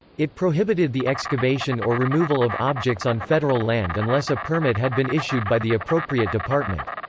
it prohibited the excavation or removal of objects on federal land unless a permit had been issued by the appropriate department.